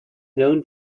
known